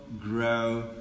grow